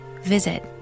visit